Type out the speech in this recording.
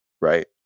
right